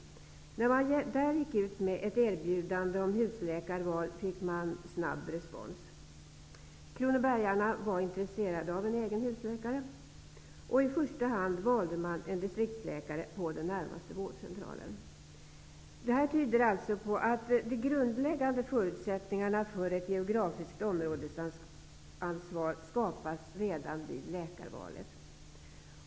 När man där gick ut med ett erbjudande om husläkarval fick man snabb respons. Kronobergarna var intresserade av en egen husläkare. I första hand valde de en distriktsläkare på den närmaste vårdcentralen. Detta tyder alltså på att de grundläggande förutsättningarna för ett geografiskt områdesansvar skapas redan vid läkarvalet.